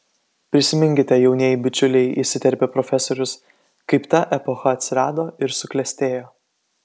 prisiminkite jaunieji bičiuliai įsiterpė profesorius kaip ta epocha atsirado ir suklestėjo